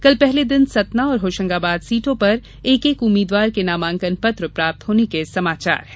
कल पहले दिन सतना और होशंगााबाद सीटों पर एक एक उम्मीदवार के नामांकन पत्र प्राप्त होने के समाचार है